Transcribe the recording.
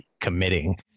committing